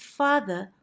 father